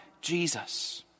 Jesus